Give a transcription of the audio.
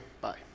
Bye